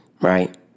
Right